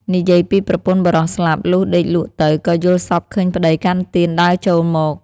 និយាយពីប្រពន្ធបុរសស្លាប់ លុះដេកលក់ទៅ ក៏យល់សប្តិឃើញប្តីកាន់ទៀនដើរចូលមក ។